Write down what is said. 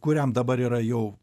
kuriam dabar yra jau